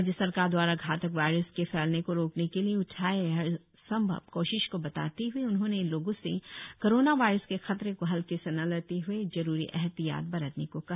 राज्य सरकार द्वारा घातक वायरस के फैलने को रोकने के लिए उठाए हर संभव कोशिश को बताते हुए उन्होंने लोगों से कोरोना वायरस के खतरे को हलके से न लेते हुए जरुरी एहतियात बरतने को कहा